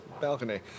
balcony